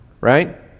Right